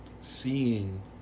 Seeing